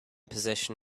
position